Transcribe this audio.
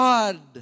God